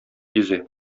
йөзә